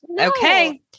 Okay